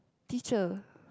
teacher